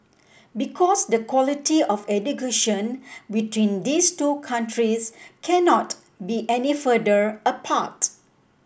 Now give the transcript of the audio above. because the quality of education between these two countries cannot be any further apart